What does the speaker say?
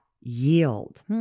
yield